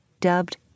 dubbed